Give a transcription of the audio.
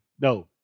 no